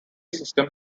system